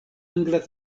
angla